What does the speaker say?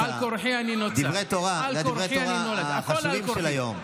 אלה דברי התורה החשובים של היום.